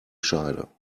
scheide